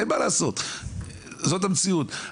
זאת המציאות.